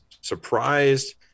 surprised